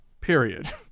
Period